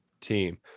team